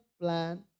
plan